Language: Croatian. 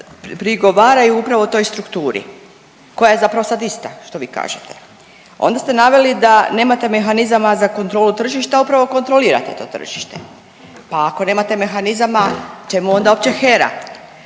prigovaraju upravo toj strukturi koja je zapravo sad ista što vi kažete. Onda ste naveli da nemate mehanizama za kontrolu tržišta, a upravo kontrolirate to tržište. Pa ako nemate mehanizama čemu onda uopće HERA.